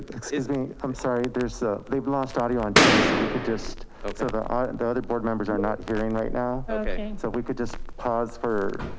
excuse me. i'm sorry. there's a labor lost audio on teams that we could just so that ah the other board members are not hearing right now. so we could just pause for